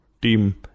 team